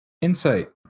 Insight